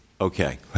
Okay